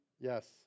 Yes